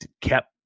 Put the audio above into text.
kept